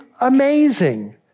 amazing